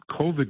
COVID